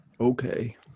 Okay